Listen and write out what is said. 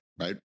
right